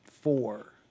four